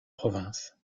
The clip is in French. province